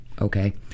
okay